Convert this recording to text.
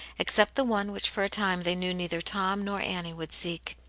except the one which for a time they knew neither tom nor annie would seek.